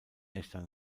echter